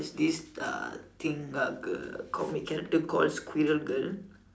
there's this uh thing lah like a comic that's called squirrel girl